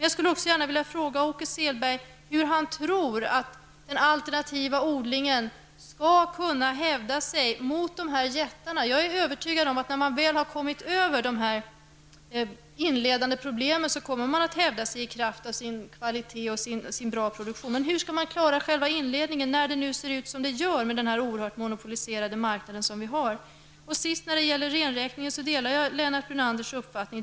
Hur tror Åke Selberg att den alternativa odlingen skall kunna hävda sig mot dessa jättar? Jag är övertygad om att när man väl har kommit över de inledande problemen kommer man att hävda sig i kraft av kvalitet och bra produktion. Men hur skall man kunna klara själva inledningen när det ser ut som det gör med den oerhört monopoliserade marknaden som vi har? När det gäller renräkningen delar jag Lennart Brunanders uppfattning.